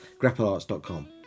grapplearts.com